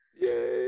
Yay